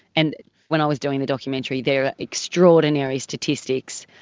and when i was doing the documentary there are extraordinary statistics,